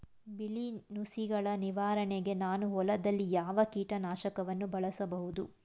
ಬಿಳಿ ನುಸಿಗಳ ನಿವಾರಣೆಗೆ ನಾನು ಹೊಲದಲ್ಲಿ ಯಾವ ಕೀಟ ನಾಶಕವನ್ನು ಬಳಸಬಹುದು?